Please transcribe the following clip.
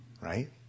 right